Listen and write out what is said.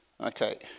Okay